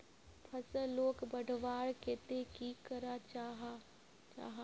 फसलोक बढ़वार केते की करा जाहा?